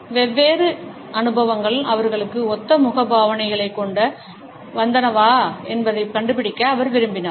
வெவ்வேறு அனுபவங்கள் அவர்களுக்கு ஒத்த முகபாவனைகளைக் கொண்டு வந்தனவா என்பதைக் கண்டுபிடிக்க அவர் விரும்பினார்